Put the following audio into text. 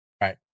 Right